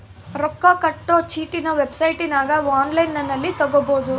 ರೊಕ್ಕ ಕಟ್ಟೊ ಚೀಟಿನ ವೆಬ್ಸೈಟನಗ ಒನ್ಲೈನ್ನಲ್ಲಿ ತಗಬೊದು